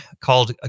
called